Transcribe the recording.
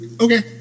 okay